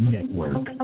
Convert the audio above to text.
Network